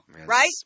right